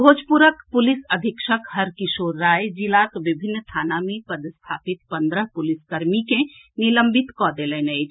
भोजपुरक police अधीक्षक हरकिशोर राय जिलाक विभिन्न थाना मे पदस्थापित पंद्रह पुलिस कर्मी के निलंबित कऽ देलनि अछि